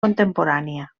contemporània